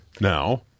Now